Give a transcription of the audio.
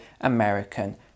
American